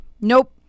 Nope